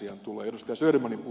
ymmärsin ed